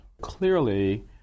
Clearly